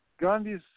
Gandhi's